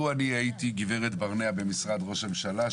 לו אני הייתי גב' ברנע במשרד ראש הממשלה,